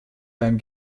beim